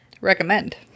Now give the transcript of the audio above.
Recommend